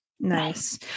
Nice